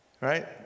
right